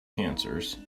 cancers